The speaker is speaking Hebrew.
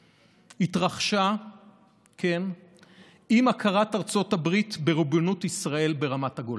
התרחשה עם הכרת ארצות הברית בריבונות ישראל ברמת הגולן.